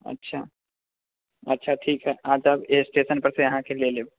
अच्छा अच्छा ठीक हइ आकर स्टेशनपरसँ अहाँके लऽ लेब